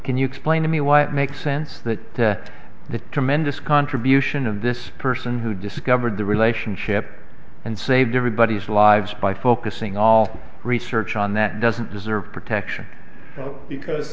can you explain to me why it makes sense that the tremendous contribution of this person who discovered the relationship and saved everybody's lives by focusing all research on that doesn't deserve protection because